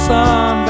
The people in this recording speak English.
Sun